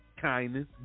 kindness